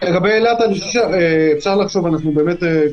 אני חושב שאפשר לחשוב על אילת.